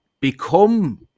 become